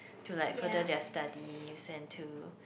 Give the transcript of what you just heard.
to like further their studies and to